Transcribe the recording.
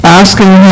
asking